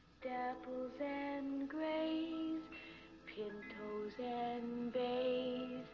dapples and grays pintos and bathe